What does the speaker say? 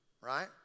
right